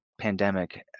pandemic